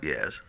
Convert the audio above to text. Yes